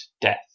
death